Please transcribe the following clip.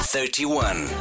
Thirty-one